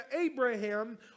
Abraham